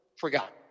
forgotten